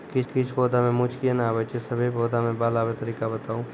किछ पौधा मे मूँछ किये नै आबै छै, सभे पौधा मे बाल आबे तरीका बताऊ?